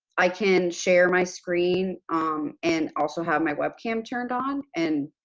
i can share my screen um and also have my webcam turned on and